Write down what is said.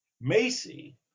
Macy